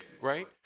right